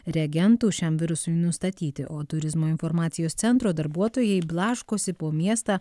reagentų šiam virusui nustatyti o turizmo informacijos centro darbuotojai blaškosi po miestą